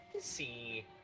see